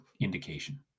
indication